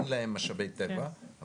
אין להם משאבי טבע,